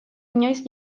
inoiz